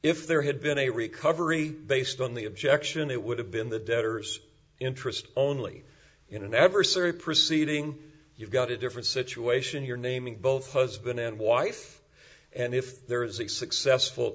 if there had been a recovery based on the objection it would have been the debtors interest only you never served proceeding you've got a different situation here naming both husband and wife and if there is a successful